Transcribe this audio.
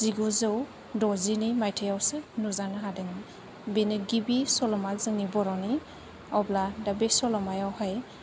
जिगुजौ द'जिनै मायथायावसो नुजानो हादोंमोन बेनो गिबि सल'मा जोंनि बर'नि अब्ला दा बे सल'मायाव हाय